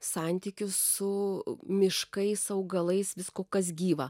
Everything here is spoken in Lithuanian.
santykius su miškais augalais viskuo kas gyva